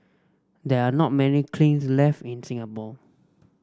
there are not many kilns left in Singapore